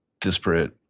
disparate